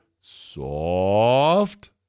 soft